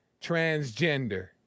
transgender